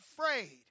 afraid